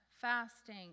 fasting